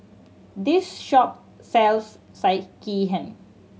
this shop sells Sekihan